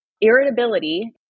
irritability